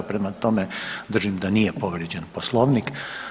Prema tome, držim da nije povrijeđen Poslovnik.